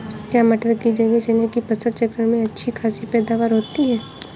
क्या मटर की जगह चने की फसल चक्रण में अच्छी खासी पैदावार होती है?